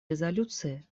резолюции